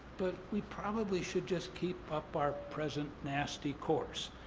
but we probably should just keep up our present nasty course.